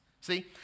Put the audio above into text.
See